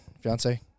fiance